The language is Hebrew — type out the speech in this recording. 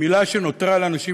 מילה שנותרה לאנשים